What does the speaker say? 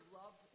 love